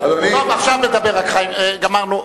עכשיו מדבר רק חיים אורון.